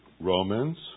Romans